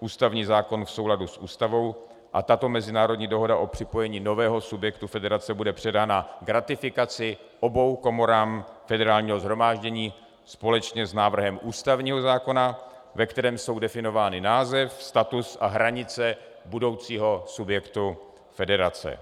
ústavní zákon v souladu s ústavou, a tato mezinárodní dohoda o připojení nového subjektu federace bude předána k ratifikaci oběma komorám Federálního shromáždění společně s návrhem ústavního zákona, ve kterém jsou definovány název, status a hranice budoucího subjektu federace.